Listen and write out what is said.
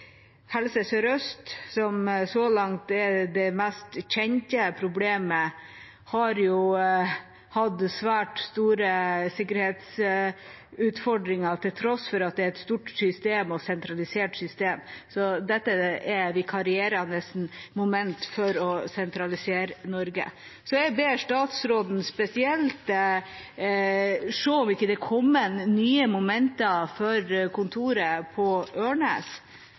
Helse Sør-Øst, som så langt er det mest kjente problemet, har jo hatt svært store sikkerhetsutfordringer, til tross for at det er et stort system og et sentralisert system. Så dette er vikarierende moment for å sentralisere Norge. Jeg ber statsråden spesielt se om det ikke er kommet nye moment for kontoret på Ørnes.